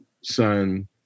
son